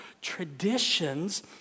traditions